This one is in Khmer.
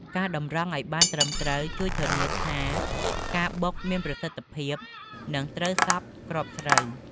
ការតម្រង់ឱ្យបានត្រឹមត្រូវជួយធានាថាការបុកមានប្រសិទ្ធភាព និងត្រូវសព្វគ្រាប់ស្រូវ។